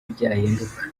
byahinduka